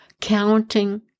counting